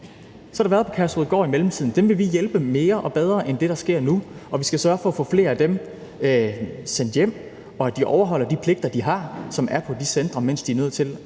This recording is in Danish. Så har det været på Kærshovedgård i mellemtiden, og dem vil vi hjælpe mere og bedre end det, der sker nu, og vi skal sørge for at få flere af dem sendt hjem, og at de, som er på de centre, overholder de pligter, de har, mens de er nødt til